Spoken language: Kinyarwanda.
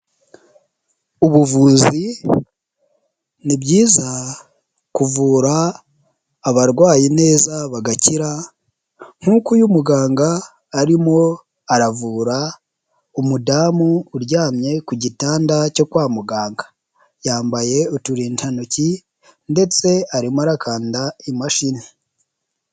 Ubuvuzi ni byiza kuvura abarwaye neza bagakira nkuko uyu muganga arimo aravura umudamu uryamye ku gitanda cyo kwa muganga, yambaye uturindantoki ndetse arimo arakanda imashini.